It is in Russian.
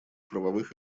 правовых